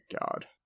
God